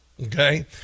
Okay